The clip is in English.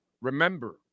remember